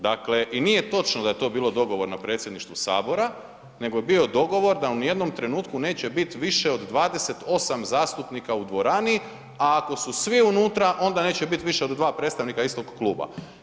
Dakle i nije točno da je to bio dogovor na predsjedništvu Sabora, nego je bio dogovor da u nijednom trenutku neće bit više od 28 zastupnika u dvorani, a ako su svi unutra, onda neće bit više od 2 predstavnika istog kluba.